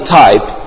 type